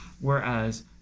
Whereas